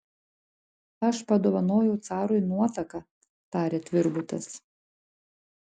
aš padovanojau carui nuotaką tarė tvirbutas